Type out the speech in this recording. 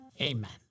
Amen